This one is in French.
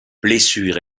blessures